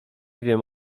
wiem